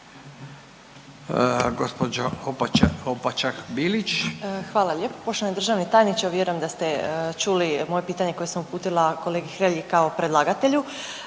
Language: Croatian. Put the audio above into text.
Hvala lijepo poštovani državni tajniče. Vjerujem da ste čuli moje pitanje koje sam uputila kolegi Hrelji kao predlagatelju,